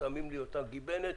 שמים לי אותם גיבנת,